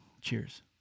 cheers